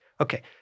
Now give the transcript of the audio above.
Okay